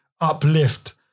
uplift